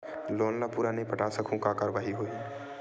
Loan ला पूरा नई पटा सकहुं का कारवाही होही?